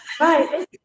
Right